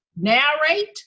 narrate